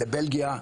לבלגיה,